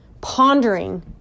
pondering